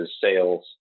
sales